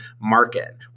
market